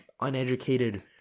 uneducated